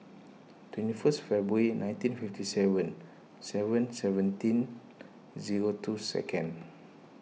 twenty first February nineteen fifty seven seven seventeen zero two second